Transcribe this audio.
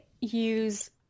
use